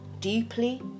deeply